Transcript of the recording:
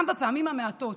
גם בפעמים המעטות